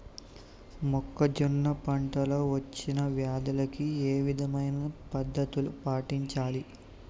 మొక్కజొన్న పంట లో వచ్చిన వ్యాధులకి ఏ విధమైన పద్ధతులు పాటించాలి?